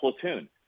platoon